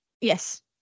Yes